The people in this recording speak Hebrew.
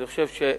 אני חושב ששם